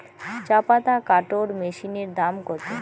চাপাতা কাটর মেশিনের দাম কত?